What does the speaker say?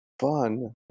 fun